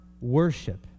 worship